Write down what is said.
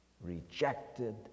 rejected